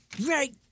Right